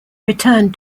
returned